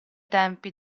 tempi